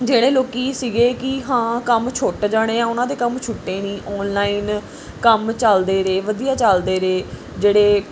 ਜਿਹੜੇ ਲੋਕ ਸੀਗੇ ਕਿ ਹਾਂ ਕੰਮ ਛੁੱਟ ਜਾਣੇ ਆ ਉਹਨਾਂ ਦੇ ਕੰਮ ਛੁੱਟੇ ਨਹੀਂ ਔਨਲਾਈਨ ਕੰਮ ਚਲਦੇ ਰਹੇ ਵਧੀਆ ਚਲਦੇ ਰਹੇ ਜਿਹੜੇ